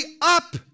up